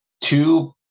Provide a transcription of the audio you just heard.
two